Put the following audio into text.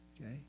Okay